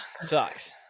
sucks